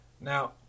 Now